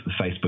Facebook